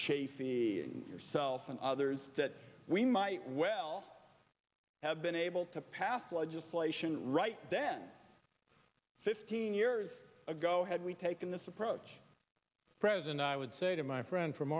chafee yourself and others that we might well have been able to pass legislation right then fifteen years ago had we taken this approach president i would say to my friend from